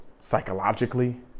psychologically